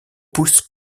pousse